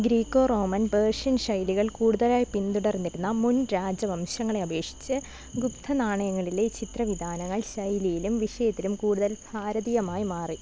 Greek Roman Persian ശൈലികൾ കൂടുതലായി പിന്തുടർന്നിരുന്ന മുൻ രാജവംശങ്ങളെ അപേക്ഷിച്ച് ഗുപ്ത നാണയങ്ങളിലെ ചിത്രവിധാനങ്ങൾ ശൈലിയിലും വിഷയത്തിലും കൂടുതൽ ഭാരതീയമായി മാറി